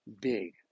big